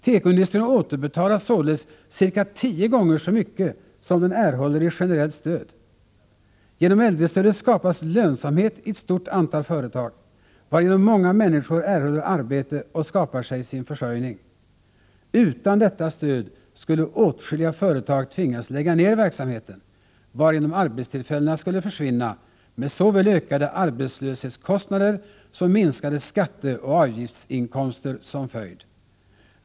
Tekoindustrin återbetalar således cirka tio gånger så mycket som den erhåller i generellt stöd. Genom äldrestödet skapas lönsamhet i ett stort antal företag, varigenom många människor erhåller arbete och skapar sig sin försörjning. Utan detta stöd skulle åtskilliga företag tvingas lägga ner verksamheten, varigenom arbetstillfällen skulle försvinna med såväl ökade arbetslöshetskostnader som minskade skatteoch avgiftsinkomster som följd.